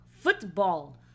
Football